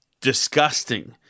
disgusting